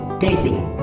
Daisy